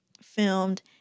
filmed